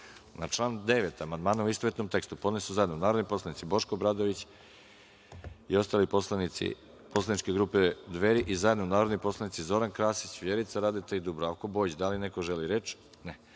član 9. amandmane u istovetnom tekstu podneli su narodni poslanici Boško Obradović i ostali poslanici poslaničke grupe Dveri i zajedno narodni poslanici Zoran Krasić, Vjerica Radeta i Dubravko Bojić. Da li neko želi reč?